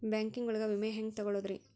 Banking ಒಳಗ ವಿಮೆ ಹೆಂಗ್ ತೊಗೊಳೋದ್ರಿ?